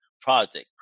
project